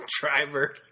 driver